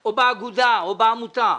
או באגודה או בעמותה.